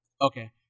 Okay